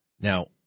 Now